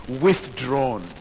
withdrawn